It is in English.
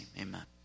Amen